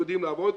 יודעים לעבוד.